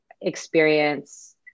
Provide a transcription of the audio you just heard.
experience